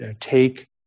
Take